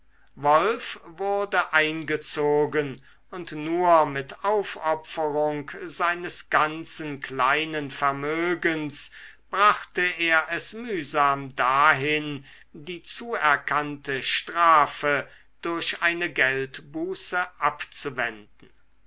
wolf wurde eingezogen und nur mit aufopferung seines ganzen kleinen vermögens brachte er es mühsam dahin die zuerkannte strafe durch eine geldbuße abzuwenden